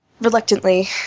Reluctantly